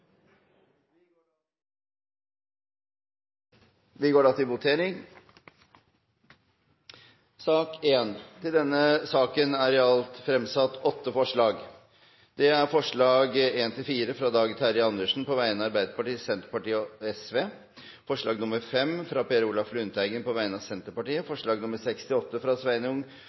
Vi går da til votering. Under debatten er det satt frem i alt åtte forslag. Det er forslagene nr. 1–4, fra Dag Terje Andersen på vegne av Arbeiderpartiet, Senterpartiet og Sosialistisk Venstreparti forslag nr. 5, fra Per Olaf Lundteigen på vegne av Senterpartiet forslagene nr. 6–8, fra Sveinung